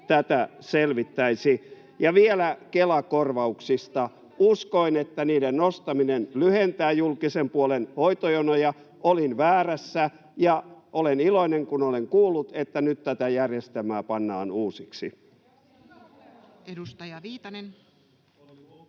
ajattelee noin!] Ja vielä Kela-korvauksista: Uskoin, että niiden nostaminen lyhentää julkisen puolen hoitojonoja. Olin väärässä, ja olen iloinen, kun olen kuullut, että nyt tätä järjestelmää pannaan uusiksi.